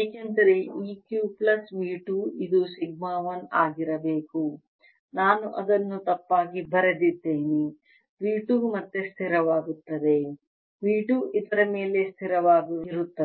ಏಕೆಂದರೆ ಈ Q plus V 2 ಇದು ಸಿಗ್ಮಾ 1 ಆಗಿರಬೇಕು ನಾನು ಅದನ್ನು ತಪ್ಪಾಗಿ ಬರೆದಿದ್ದೇನೆ V 2 ಮತ್ತೆ ಸ್ಥಿರವಾಗಿರುತ್ತದೆ V 2 ಇದರ ಮೇಲೆ ಸ್ಥಿರವಾಗಿರುತ್ತದೆ